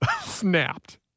Snapped